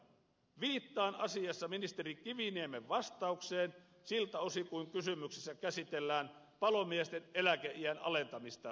viittaan asiassa ministeri kiviniemen vastaukseen siltä osin kuin kysymyksessä käsitellään palomiesten eläkeiän alentamista